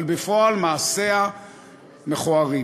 אבל בפועל מעשיה מכוערים.